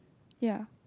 ya